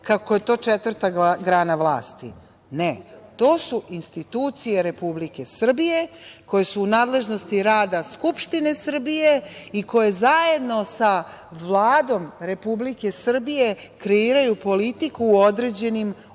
kako je to četvrta grana vlasti. Ne, to su institucije Republike Srbije koje su u nadležnosti rada Skupštine Srbije i koje zajedno sa Vladom Republike Srbije kreiraju politiku u određenim oblastima,